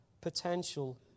potential